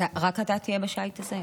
רק אתה תהיה בשיט הזה?